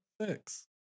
Six